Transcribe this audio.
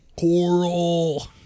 Coral